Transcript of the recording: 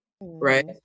right